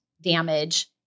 damage